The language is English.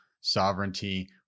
sovereignty